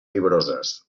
fibroses